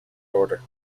order